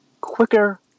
quicker